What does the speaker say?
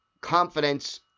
confidence